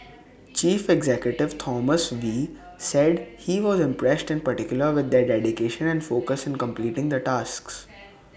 chief executive Thomas wee said he was impressed in particular with their dedication and focus in completing the tasks